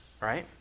Right